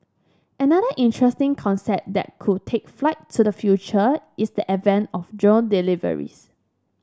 another interesting concept that could take flight to the future is the advent of drone deliveries